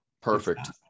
perfect